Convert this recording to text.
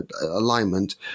alignment